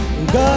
God